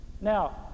Now